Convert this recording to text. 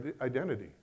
identity